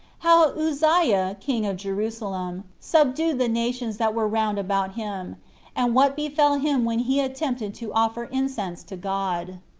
how uzziah, king of jerusalem, subdued the nations that were round about him and what befell him when he attempted to offer incense to god.